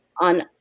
on